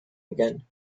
again